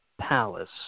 Palace